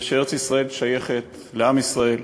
ושארץ-ישראל שייכת לעם ישראל,